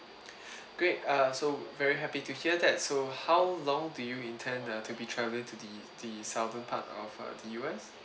great err so very happy to hear that so how long do you intend err to be travelling to the the southern part of uh the U_S